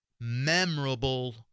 memorable